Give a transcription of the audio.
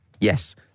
Yes